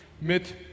mit